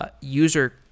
user